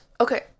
Okay